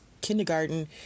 kindergarten